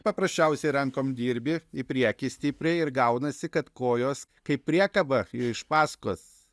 paprasčiausiai rankom dirbi į priekį stipriai ir gaunasi kad kojos kaip priekaba iš pasakos